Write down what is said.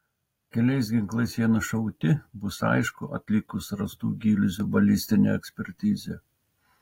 keliais ginklais jie nušauti bus aišku atlikus rastų gilzių balistinę ekspertizę